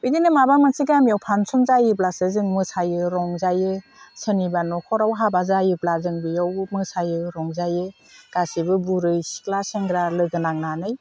बिदिनो माबा मोनसे गामियाव फांसन जायोब्लासो जों मोसायो रंजायो सोरनिबा न'खराव हाबा जायोब्ला जों बेयावबो मोसायो रंजायो गासिबो बुरै सिख्ला सेंग्रा लोगो नांनानै